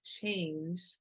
change